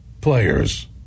players